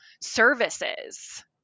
services